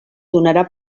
donarà